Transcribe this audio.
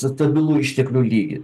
stabilų išteklių lygį